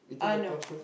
ah no